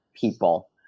people